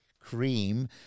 cream